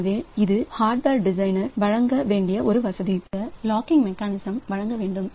எனவே இது வன்பொருள் டிசைனர் வழங்க வேண்டிய ஒரு வசதி ஒருவித லாக்கிங் மெக்கானிசம் வழங்க வேண்டும்